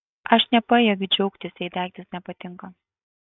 aš nepajėgiu džiaugtis jei daiktas nepatinka